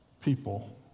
people